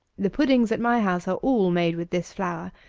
the puddings at my house are all made with this flour,